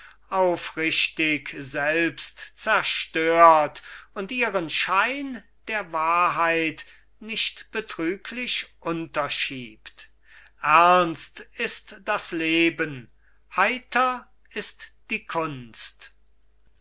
aufrichtig selbst zerstört und ihren schein der wahrheit nicht betrüglich unterschiebt ernst ist das leben heiter ist die kunst